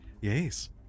Yes